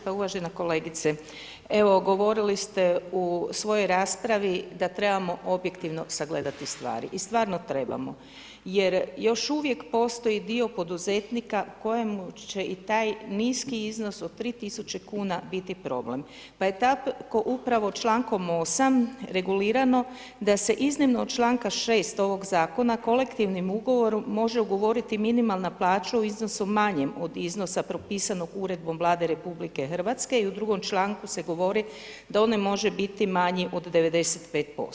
Pa uvažena kolegice, evo govorili ste u svojoj raspravi da trebamo objektivno sagledati stvari i stvarno trebamo jer još uvijek postoj dio poduzetnika kojemu će i taj niski iznos od 3000 kuna biti problem pa je tako upravo člankom 8. regulirano da se iznimno od članka 6. ovog zakona kolektivnim ugovorom može ugovoriti minimalnu plaću u iznosu od iznosa propisanog Uredbom Vlade RH i u drugom članku se govori da on ne može biti manji od 95%